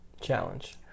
challenge